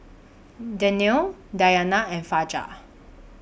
Danial Dayana and Fajar